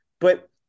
But-